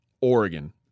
Oregon